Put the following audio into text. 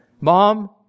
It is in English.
mom